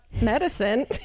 medicine